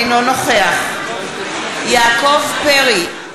אינו נוכח יעקב פרי,